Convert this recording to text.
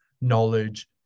knowledge